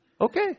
Okay